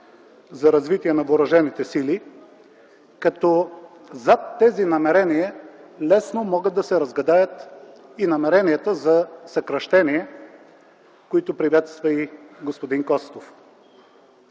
за развитие на въоръжените сили, като зад тези намерения лесно могат да се разгадаят и намеренията за съкращения, които приветства и господин Костов.